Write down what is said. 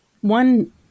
One